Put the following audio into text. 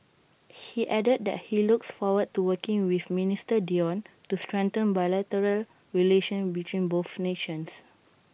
he added that he looks forward to working with minister Dione to strengthen bilateral relations between both nations